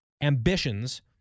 ambitions